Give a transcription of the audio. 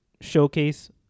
showcase